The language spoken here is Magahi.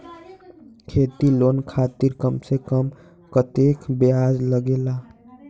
खेती लोन खातीर कम से कम कतेक ब्याज लगेला?